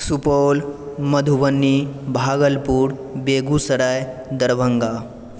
Supaul Madhubani Bhagalpur Begusarai Darbhanga